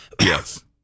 Yes